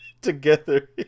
together